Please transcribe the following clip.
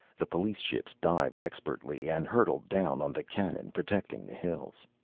the police ships divided expertly and hurtled down on the cannon protecting the hills.